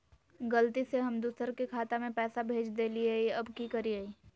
गलती से हम दुसर के खाता में पैसा भेज देलियेई, अब की करियई?